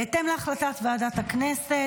בהתאם להחלטת ועדת הכנסת,